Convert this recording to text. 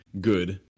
good